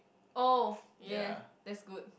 oh ya that's good